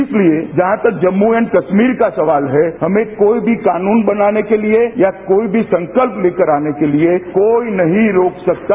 इसलिए जहां तक जम्मू एण्ड कश्मीर का सवाल है हमे कोई भी कान्न बनाने के लिए या कोई भी संकल्प लेकर आने के लिए कोई नहीं रोक सकता